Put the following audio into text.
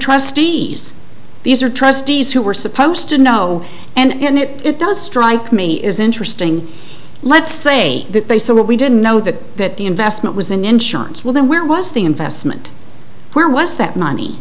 trustees these are trustees who were supposed to know and it does strike me is interesting let's say that they saw what we didn't know that the investment was in insurance well then where was the investment where was that money